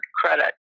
credit